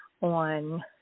on